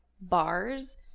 bars